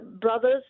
brothers